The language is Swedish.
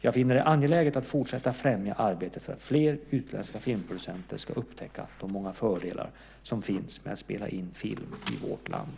Jag finner det angeläget att fortsätta främja arbetet för att fler utländska filmproducenter ska upptäcka de många fördelar som finns med att spela in film i vårt land.